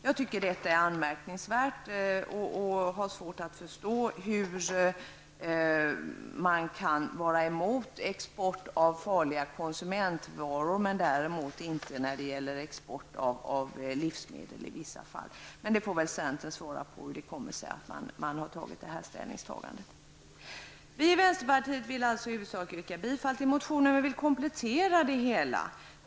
Jag anser att detta är anmärkningsvärt, och jag har svårt att förstå hur man kan vara emot export av farliga konsumentvaror men däremot inte export av livsmedel i vissa fall. Men centerpartiet får väl svara på hur det kommer sig att man gjort detta ställningstagande. Vi i vänsterpartiet vill i huvudsak yrka bifall till vår motion, men vi vill göra en komplettering.